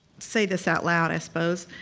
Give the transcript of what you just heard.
say this out loud, i suppose.